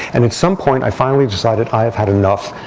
and at some point, i finally decided i have had enough.